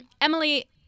Emily